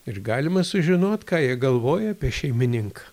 ir galima sužinot ką jie galvoja apie šeimininką